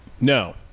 No